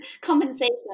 Compensation